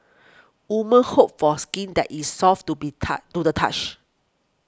woman hope for skin that is soft to be tough to the touch